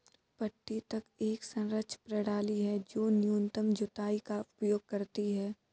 पट्टी तक एक संरक्षण प्रणाली है जो न्यूनतम जुताई का उपयोग करती है